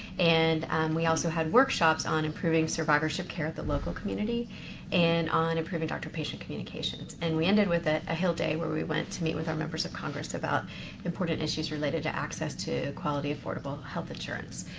and we also had workshops on improving survivorship care at the local community and on improving doctor-patient communications. and we ended up with ah a hill day where we went to meet with our members of congress about important issues related to access to quality, affordable health insurance.